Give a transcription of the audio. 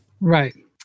Right